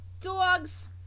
Dogs